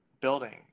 building